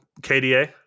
KDA